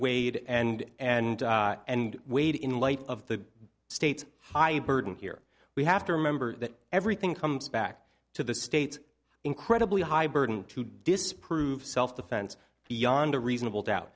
weighed and and and weighed in light of the state's high burden here we have to remember that everything comes back to the state's incredibly high burden to disprove self defense beyond a reasonable doubt